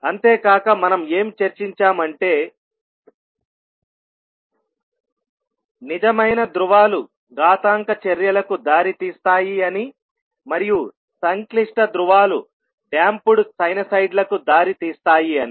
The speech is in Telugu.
అంతేకాక మనం ఏమి చర్చించాము అంటే నిజమైన ధ్రువాలు ఘాతాంక చర్యలకు దారితీస్తాయి అని మరియు సంక్లిష్ట ధ్రువాలు డాంపుడ్ సైనోసైడ్ల కు దారి తీస్తాయి అని